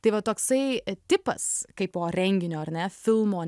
tai va toksai tipas kaipo renginio ar ne filmo